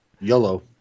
Yellow